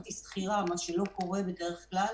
והפכתי שכירה דבר שלא קורה בדרך כלל